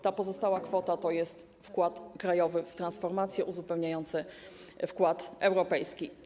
Ta pozostała kwota to jest wkład krajowy w transformacje uzupełniające wkład europejski.